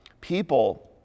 people